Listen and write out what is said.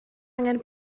angen